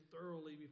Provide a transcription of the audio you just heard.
thoroughly